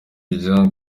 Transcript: jean